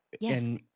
Yes